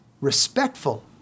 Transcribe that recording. respectful